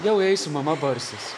vėl eisiu mama barsis